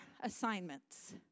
assignments